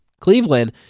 Cleveland